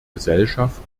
gesellschaft